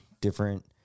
different